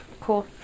Cool